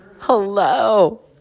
hello